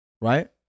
right